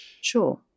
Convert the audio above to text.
Sure